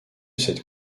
cette